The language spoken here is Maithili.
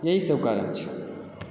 यहीसभ कारण छै